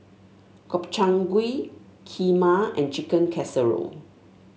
Gobchang Gui Kheema and Chicken Casserole